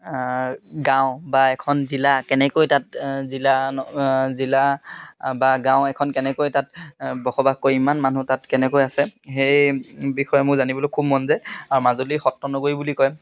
গাঁও বা এখন জিলা কেনেকৈ তাত জিলা জিলা বা গাঁও এখন কেনেকৈ তাত বসবাস কৰি ইমান মানুহ তাত কেনেকৈ আছে সেই বিষয়ে মোৰ জানিবলৈ খুব মন যায় আৰু মাজুলী সত্ৰ নগৰী বুলি কয়